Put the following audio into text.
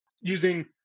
using